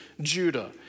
Judah